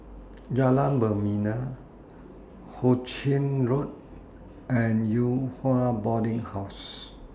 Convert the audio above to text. Jalan Membina Hu Ching Road and Yew Hua Boarding House